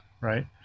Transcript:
right